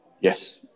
Yes